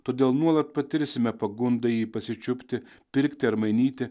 todėl nuolat patirsime pagundą jį pasičiupti pirkti ar mainyti